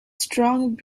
strong